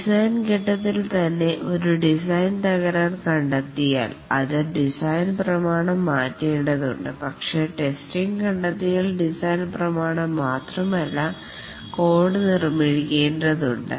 design ഫേസ് ത്തിൽ തന്നെ ഒരു ഡിസൈൻ തകരാർ കണ്ടെത്തിയാൽ അത് ഡിസൈൻ പ്രമാണം മാറ്റേണ്ടതുണ്ട് പക്ഷേ ടെസ്റ്റിംഗ് ഫേസിൽ കണ്ടെത്തിയാൽ ഡിസൈൻ പ്രമാണം മാത്രമല്ല കോഡ് നിർമ്മിക്കേണ്ടതുണ്ട്